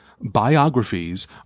Biographies